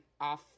off